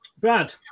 Brad